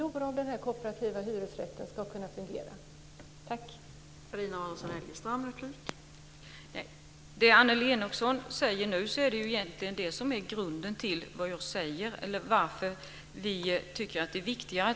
Om den kooperativa hyresrättsformen ska fungera ska man inte förlora.